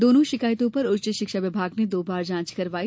दोनों शिकायतों पर उच्च शिक्षा विभाग ने दो बार जांच करवाई